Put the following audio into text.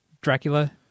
Dracula